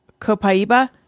copaiba